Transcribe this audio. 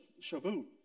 Shavuot